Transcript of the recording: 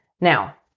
Now